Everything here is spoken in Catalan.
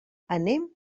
anem